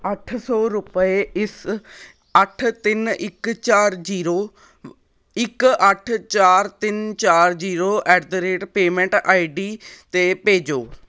ਅੱਠ ਸੌ ਰੁਪਏ ਇਸ ਅੱਠ ਤਿੰਨ ਇੱਕ ਚਾਰ ਜੀਰੋ ਇੱਕ ਅੱਠ ਚਾਰ ਤਿੰਨ ਚਾਰ zero at the rate payment I D 'ਤੇ ਭੇਜੋ